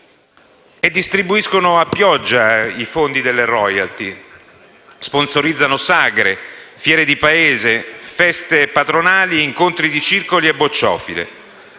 E distribuiscono a pioggia i fondi delle *royalty*, sponsorizzano sagre, fiere di paese, feste patronali, incontri di circoli e bocciofile.